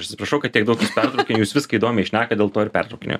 aš atsiprašau kad tiek daug jus pertraukinėju jūs viską įdomiai šnekat dėl to ir pertraukinėju